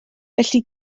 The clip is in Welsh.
felly